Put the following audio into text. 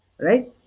right